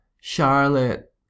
Charlotte